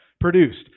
produced